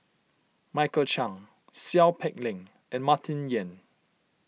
Michael Chiang Seow Peck Leng and Martin Yan